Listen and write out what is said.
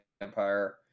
Empire